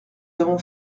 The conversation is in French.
avons